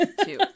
Two